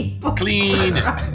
clean